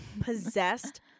possessed